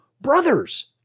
brothers